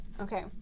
Okay